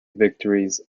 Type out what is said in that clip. victories